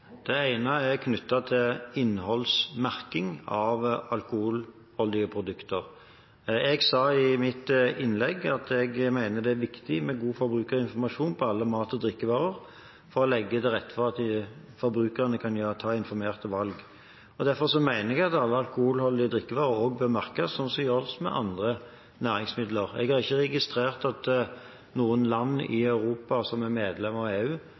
Det ene er knyttet til innholdsmerking av alkoholholdige produkter. Jeg sa i mitt innlegg at jeg mener det er viktig med god forbrukerinformasjon på alle mat- og drikkevarer, for å legge til rette for at forbrukerne kan ta informerte valg. Derfor mener jeg at alle alkoholholdige drikkevarer bør merkes, slik som en gjør med andre næringsmidler. Jeg har ikke registrert at noe land i Europa som er medlem av EU,